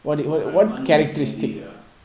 I want to marry ah